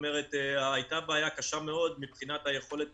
הייתה בעיה קשה מאוד מבחינת היכולת